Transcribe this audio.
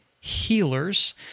Healers